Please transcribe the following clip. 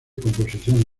composición